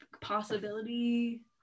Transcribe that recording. possibility